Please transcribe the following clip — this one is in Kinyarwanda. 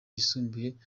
yisumbuye